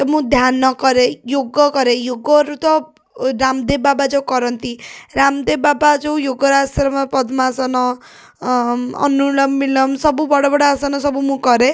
ତ ମୁଁ ଧ୍ୟାନ କରେ ଯୋଗ କରେ ଯୋଗରୁ ତ ମୁଁ ରାମଦେବ ବାବା ଯେଉଁ କରନ୍ତି ରାମଦେବ ବାବା ଯେଉଁ ଯୋଗର ଆଶ୍ରମ ପଦ୍ମାସନ ଅନୁଲୋମ ବିଲୋମ ସବୁ ବଡ଼ ବଡ଼ ଆସନ ସବୁ ମୁଁ କରେ